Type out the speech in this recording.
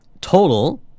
Total